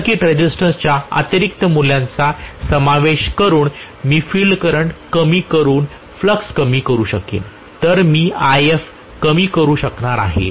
तर field circuit रेझिस्टन्सच्या अतिरिक्त मूल्यांचा समावेश करुन मी फील्ड करंट कमी करुन फ्लक्स कमी करू शकेन